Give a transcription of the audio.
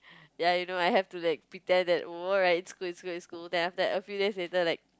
ya you know right I have to pretend oh it alright it's cool it's cool it's cool then after that a few days later like